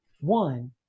One